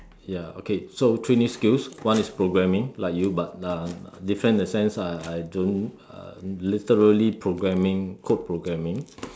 ya okay so three new skills one is programming like you but uh different in a sense ah I don't uh literally programming code programming